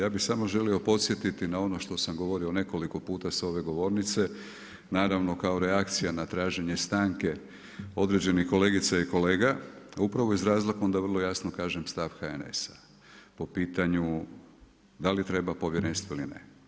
Ja bi samo želio podsjetiti na ono što sam govorio nekoliko puta sa ove govornice, naravno kao reakcija na traženje stanke određenih kolegica i kolega, upravo iz razloga onda vrlo jasno kažem, stav HNS-a po pitanju da li treba Povjerenstvo ili ne.